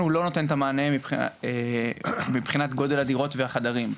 הוא לא נותן את המענה מהבחינה של גודל הדירות ומספר החדרים.